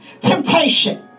temptation